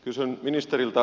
kysyn ministeriltä